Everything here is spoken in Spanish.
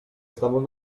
estamos